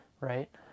right